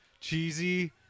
cheesy